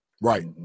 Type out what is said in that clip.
Right